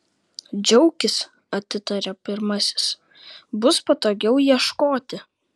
džiaukis atitarė pirmasis bus patogiau ieškoti